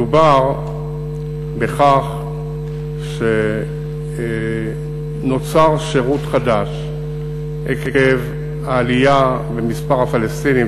מדובר בכך שנוצר שירות חדש עקב העלייה במספר הפלסטינים